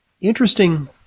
interesting